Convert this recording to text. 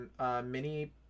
mini